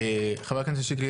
חה"כ שיקלי,